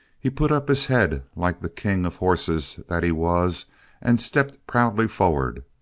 he put up his head like the king of horses that he was and stepped proudly forward.